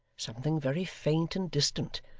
something very faint and distant,